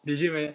legit meh